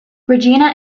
regina